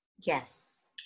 Yes